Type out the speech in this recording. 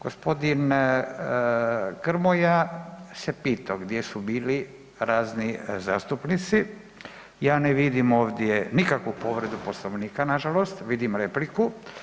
G. Grmoja se pitao gdje su bili razni zastupnici, ja ne vidim ovdje nikakvu povredu Poslovnika nažalost, vidim repliku.